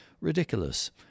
ridiculous